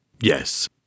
Yes